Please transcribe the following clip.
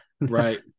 Right